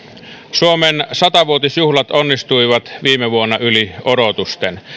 suomen sata vuotisjuhlat onnistuivat viime vuonna yli odotusten